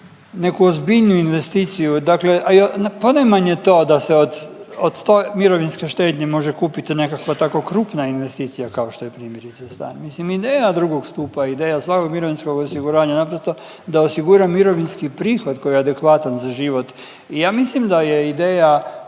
neku ozbiljniju investiciju, dakle a ponajmanje to da se od, od te mirovinske štednje može kupiti nekakva tako krupna investicija kao što je primjerice stan. Mislim ideja II. stupa, ideja svakog mirovinskog osiguranja je naprosto da osigura mirovinski prihod koji je adekvatan za život. I ja mislim da je ideja,